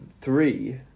three